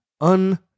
Un